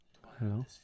hello